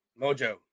mojo